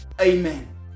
Amen